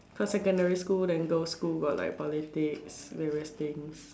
cause secondary school then go school got like politics and everything